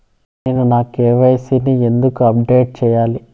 నేను నా కె.వై.సి ని ఎందుకు అప్డేట్ చెయ్యాలి?